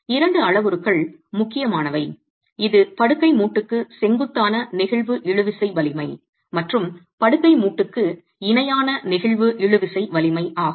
இரண்டு அளவுருக்கள் முக்கியமானவை இது படுக்கை மூட்டுக்கு செங்குத்தான நெகிழ்வு இழுவிசை வலிமை மற்றும் படுக்கை மூட்டுக்கு இணையான நெகிழ்வு இழுவிசை வலிமை ஆகும்